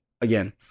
again